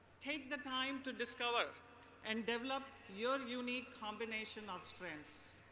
take the time to discover and develop your unique combination of strengths.